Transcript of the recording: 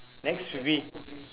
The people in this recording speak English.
next week